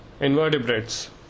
Invertebrates